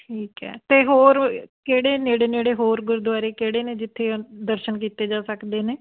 ਠੀਕ ਹੈ ਅਤੇ ਹੋਰ ਕਿਹੜੇ ਨੇੜੇ ਨੇੜੇ ਹੋਰ ਗੁਰਦੁਆਰੇ ਕਿਹੜੇ ਨੇ ਜਿੱਥੇ ਦਰਸ਼ਨ ਕੀਤੇ ਜਾ ਸਕਦੇ ਨੇ